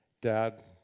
Dad